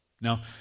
Now